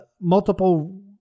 multiple